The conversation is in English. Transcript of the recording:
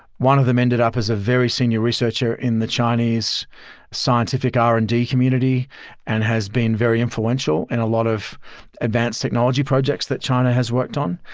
one of them ended up as a very senior researcher in the chinese scientific r and d community and has been very influential in a lot of advanced technology projects that china has worked on.